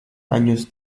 años